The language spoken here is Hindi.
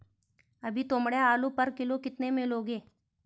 अभी तोमड़िया आलू पर किलो कितने में लोगे?